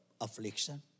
affliction